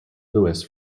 louis